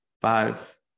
five